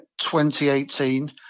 2018